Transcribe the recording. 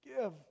give